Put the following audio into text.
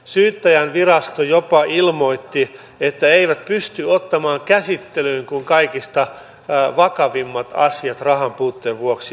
syyttäjänvirasto jopa ilmoitti että eivät pysty ottamaan käsittelyyn kuin kaikista vakavimmat asiat rahanpuutteen vuoksi